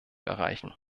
erreichen